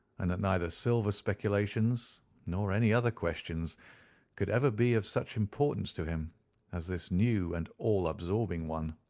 and that neither silver speculations nor any other questions could ever be of such importance to him as this new and all-absorbing one.